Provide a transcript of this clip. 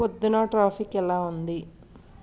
పొద్దున ట్రాఫిక్ ఎలా ఉంది